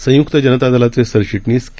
संयुक्त जनता दलाचे सरचिटनीस के